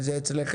אצלכם?